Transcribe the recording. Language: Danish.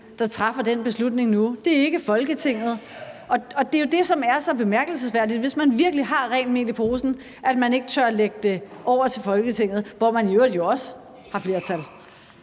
der træffer den beslutning nu. Det er ikke Folketinget. Og det er jo det, som er så bemærkelsesværdigt, altså at hvis man virkelig har rent mel i posen, tør man ikke lægge det over til Folketinget, hvor man i øvrigt også har flertal.